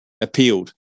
appealed